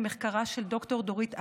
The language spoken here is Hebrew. ממחקרה של ד"ר דורית אדלר,